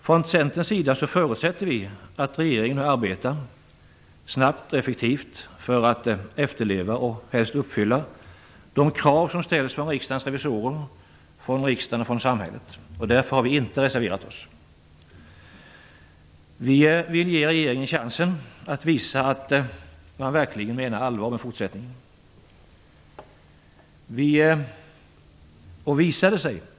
Från Centerns sida förutsätter vi att regeringen arbetar snabbt och effektivt för att efterleva och helst uppfylla de krav som ställs från Riksdagens revisorer, från riksdagen och från samhället. Därför har vi inte reserverat oss. Vi vill ge regeringen chansen att visa att man verkligen menar allvar med fortsättningen.